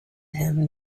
him